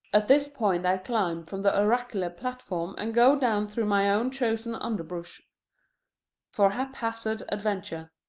at this point i climb from the oracular platform and go down through my own chosen underbrush for haphazard adventure.